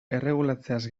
erregulatzeaz